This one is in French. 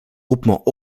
groupement